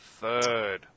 third